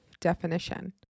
definition